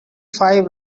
five